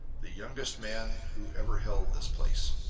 the youngest man who ever held this place.